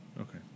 Okay